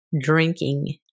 drinking